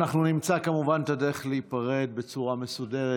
אנחנו נמצא כמובן את הדרך להיפרד בצורה מסודרת,